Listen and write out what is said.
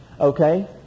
Okay